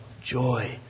joy